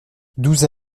douze